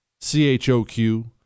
C-H-O-Q